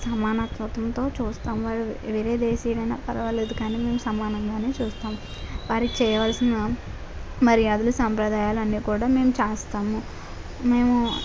సమానత్వతంతో చూస్తాము వారు వేరే దేశీయులైన పర్వాలేదు కాని మేము సమానంగానే చూస్తామ్ వారికి చేయవలసిన మర్యాదలు సాంప్రదాయాలు అన్ని కూడా మేము చేస్తాము మేము